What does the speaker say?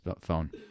phone